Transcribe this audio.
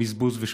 בזבוז ושחיתות.